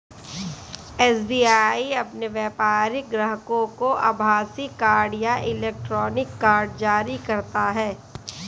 SBI अपने व्यापारिक ग्राहकों को आभासीय कार्ड या इलेक्ट्रॉनिक कार्ड जारी करता है